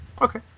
Okay